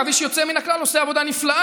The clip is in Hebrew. אגב, איש יוצא מן הכלל, עושה עבודה נפלאה.